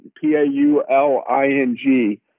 P-A-U-L-I-N-G